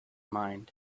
mind